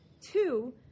Two